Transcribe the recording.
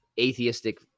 atheistic